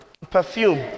Perfume